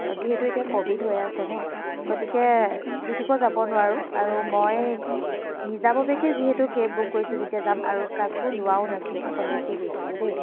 যিহেতু এতিয়া ক'ভিড হৈ আছে ন গতিকে যি তি কৈ যাব নোৱাৰোঁ আৰু মই নিজাববীয়াকৈ যিহেতু কেব বুক কৰিছোঁ যেতিয়া যাম আৰু কাকো লোৱাও নাছিলোঁ অকলীয়াকৈ গৈছিলোঁ দেই